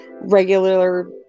regular